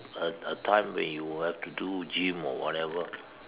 a a time when you have to do gym or whatever